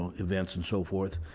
events and so forth.